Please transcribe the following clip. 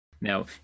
Now